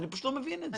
אני פשוט לא מבין את זה.